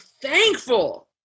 thankful